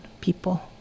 people